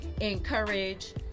encourage